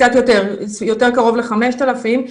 יותר קרוב ל-5,000.